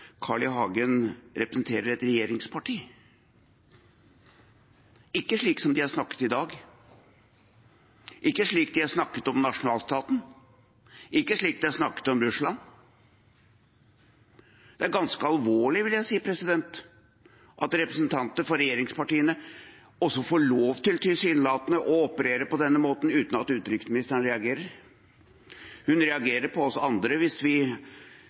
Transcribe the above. Carl I. Hagen representerer et regjeringsparti. De gjør ikke det slik de har snakket i dag, slik de har snakket om nasjonalstaten, slik de har snakket om Russland. Det er ganske alvorlig at representanter for regjeringspartiene får lov til – tilsynelatende – å operere på denne måten uten at utenriksministeren reagerer. Hun reagerer på oss andre hvis vi